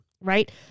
right